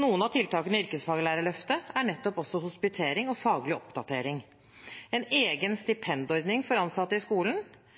Noen av tiltakene i Yrkesfaglærerløftet er nettopp også hospitering og faglig oppdatering. En egen stipendordning for ansatte i skolen